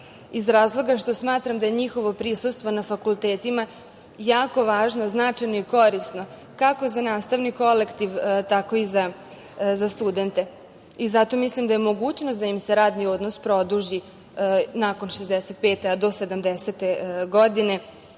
iz razloga što smatram da je njihovo prisustvo na fakultetima jako važno, značajno i korisno, kako za nastavni kolektiv, tako i za studente. Zato mislim da je mogućnost da im se radni odnos produži nakon šezdeset pete godine,